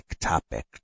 topic